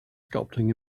sculpting